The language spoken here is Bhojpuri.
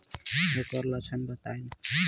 ऐकर लक्षण बताई?